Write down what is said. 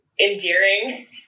endearing